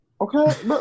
Okay